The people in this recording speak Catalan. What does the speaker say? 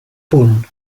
punt